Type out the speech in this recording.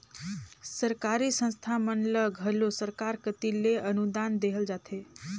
सरकारी संस्था मन ल घलो सरकार कती ले अनुदान देहल जाथे